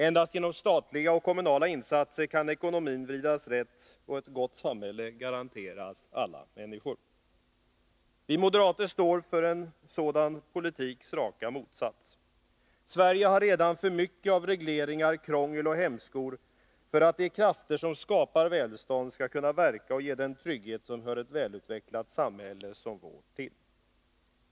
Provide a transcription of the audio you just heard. Endast genom statliga och kommunala insatser kan ekonomin vridas rätt och ett gott samhälle garanteras alla människor. Vi moderater står för en sådan politiks raka motsats. Sverige har redan för mycket av regleringar, krångel och hämskor för att de krafter som skapar välstånd skall kunna verka och ge den trygghet som hör ett välutvecklat samhälle som vårt till.